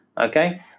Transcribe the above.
Okay